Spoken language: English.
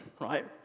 right